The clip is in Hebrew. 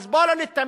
אז בואו לא ניתמם,